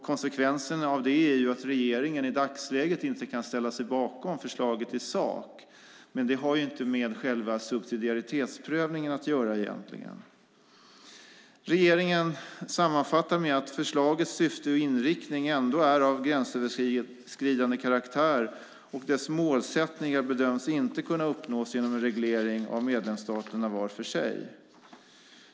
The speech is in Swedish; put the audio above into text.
Konsekvensen av det är att regeringen i dagsläget inte kan ställa sig bakom förslaget i sak. Det har dock egentligen inte med själva subsidiaritetsprövningen att göra. Regeringen sammanfattar med att förslagets syfte och inriktning ändå är av gränsöverskridande karaktär, och dess målsättningar bedöms inte kunna uppnås genom reglering av medlemsstaterna var för sig.